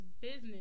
business